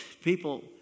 people